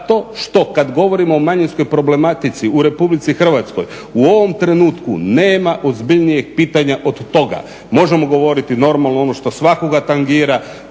Zato što kad govorimo o manjinskoj problematici u RH u ovom trenutku nema ozbiljnijeg pitanja od toga. Možemo govoriti normalno ono što svakoga tangira